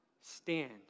stand